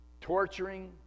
torturing